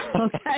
Okay